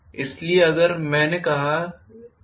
इसलिए अगर मैंने कहा है